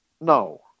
no